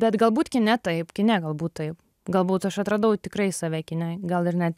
bet galbūt kine taip kine galbūt taip galbūt aš atradau tikrai save kine gal ir net